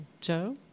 Joe